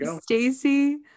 Stacey